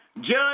Judge